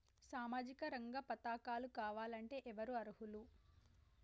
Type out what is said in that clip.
సామాజిక రంగ పథకాలు కావాలంటే ఎవరు అర్హులు?